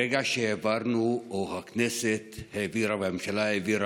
ברגע שהעברנו, או הכנסת העבירה והממשלה העבירה,